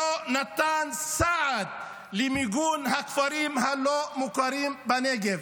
שלא נתן סעד למיגון הכפרים הלא-מוכרים נגב.